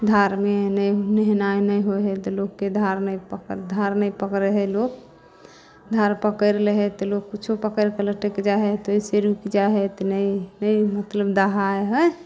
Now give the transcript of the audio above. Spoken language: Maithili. धारमे नहि नहेनाइ नहि होइ हइ तऽ लोकके धार नहि धार नहि पकड़ै हइ लोक धार पकड़लै हइ तऽ लोक किछु पकड़िके लटकि जाइ हइ तऽ ओहिसँ रुकि जाइ हइ तऽ नहि नहि मतलब दहाइ हइ